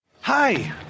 hi